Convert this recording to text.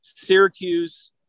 Syracuse